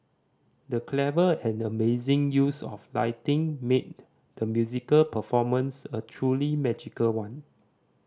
the clever and amazing use of lighting made the musical performance a truly magical one